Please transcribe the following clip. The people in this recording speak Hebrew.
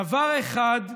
דבר אחד,